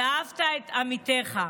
ואהבת, את עמיתך.